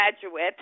graduate